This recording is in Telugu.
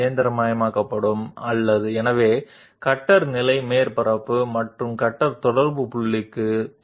కాబట్టి మనం ఆ కట్టర్ను టాంజెన్షియల్గా ఉంచాలంటే ఇది మాత్రమే సాధ్యమయ్యే పొజిషన్ ఒక వృత్తం ట్యాంజెంట్ గా ప్రాథమికంగా సర్ఫేస్ పై ఈ ప్రత్యేక బిందువును తాకుతుంది